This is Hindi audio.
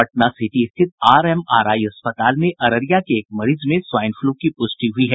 पटना सिटी स्थित आरएमआरआई अस्पताल में अररिया के एक मरीज में स्वाइन फ्लू की पुष्टि हुयी है